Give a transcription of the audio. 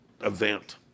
event